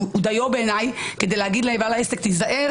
דיו בעיניי כדי לומר לבעל העסק: תיזהר